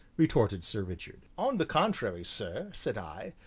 retorted sir richard. on the contrary, sir, said i,